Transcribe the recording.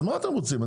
אז מה אתם רוצים?